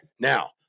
Now